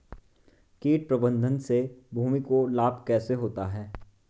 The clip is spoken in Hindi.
कीट प्रबंधन से भूमि को लाभ कैसे होता है?